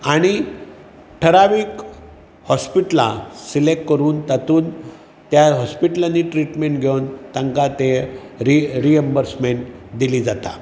आनी ठरावीक हाॅस्पिटलां सिलेक्ट करून तातून त्या हस्पिटलांनी ट्रिटमेंन्ट घेवन तांकां तें री रीअंबर्समेंट दिली जाता